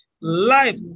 Life